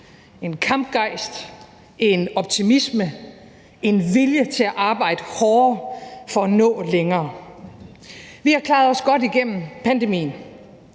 en kampgejst, en optimisme, en vilje til at arbejde hårdere for at nå længere. Vi har klaret os godt igennem pandemien